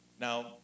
Now